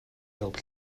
help